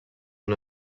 una